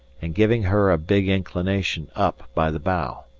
and giving her a big inclination up by the bow.